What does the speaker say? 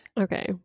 Okay